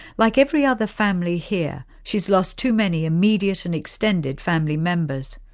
like every other family here she's lost too many immediate and extended family members.